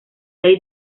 ley